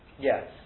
Yes